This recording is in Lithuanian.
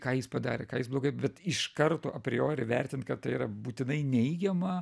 ką jis padarė ką jis blogai bet iš karto apriori vertint kad tai yra būtinai neigiama